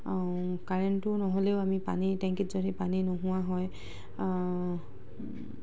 কাৰেণ্টটো নহ'লেও আমি পানী টেংকিত যদি পানী নোহোৱা হয়